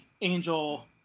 Angel